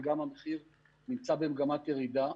וגם המחיר נמצא במגמת ירידה.